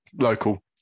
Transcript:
local